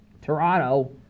Toronto